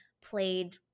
played